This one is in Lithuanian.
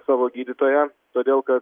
savo gydytoją todėl kad